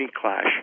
clash